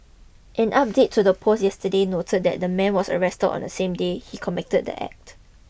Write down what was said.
an update to the post yesterday noted that the man was arrested on the same day he committed the act